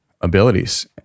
abilities